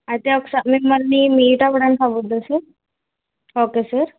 అయితే ఒకసారి మిమ్మల్ని మీట్ అవ్వడానికి అవ్వుద్దా సార్ ఓకే సార్